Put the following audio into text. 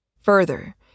Further